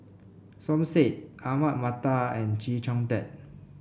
Som Said Ahmad Mattar and Chee Kong Tet